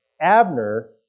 Abner